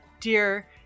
Dear